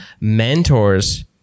mentors